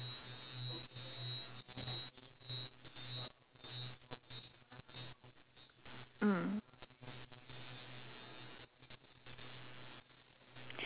mm